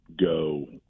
go